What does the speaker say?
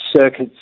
circuits